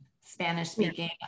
Spanish-speaking